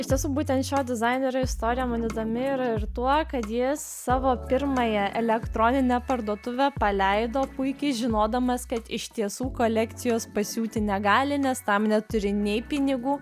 iš tiesų būtent šio dizainerio istorija man įdomi yra ir tuo kad jis savo pirmąją elektroninę parduotuvę paleido puikiai žinodamas kad iš tiesų kolekcijos pasiūti negali nes tam neturi nei pinigų